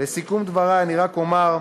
לסיכום דברי אני רק אומר: